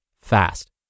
fast